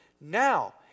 Now